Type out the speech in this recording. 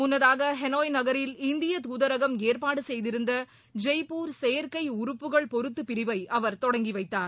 முன்னதாக ஹனாய் நகரில் இந்திய தூதரகம் ஏற்பாடு செய்திருந்த ஜெய்ப்பூர் செயற்கை உறுப்புகள் பொருத்து பிரிவை அவர் தொடங்கி வைத்தார்